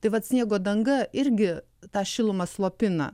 tai vat sniego danga irgi tą šilumą slopina